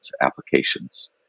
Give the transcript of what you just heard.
applications